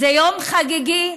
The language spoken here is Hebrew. שזה יום חגיגי,